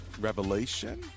revelation